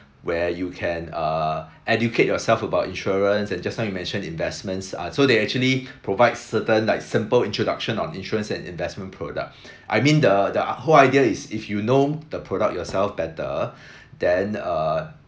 where you can uh educate yourself about insurance and just now you mentioned investments uh so they actually provide certain like simple introduction on insurance and investment product I mean the the whole idea is if you know the product yourself better then err